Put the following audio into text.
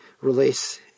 release